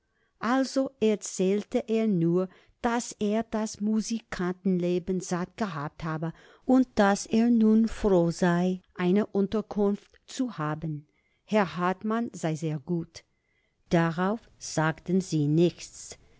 also erzählte er nur daß er das musikantenleben satt gehabt habe und daß er nun froh sei eine unterkunft zu haben herr hartmann sei sehr gut darauf sagten sie nichts